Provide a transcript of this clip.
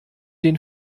den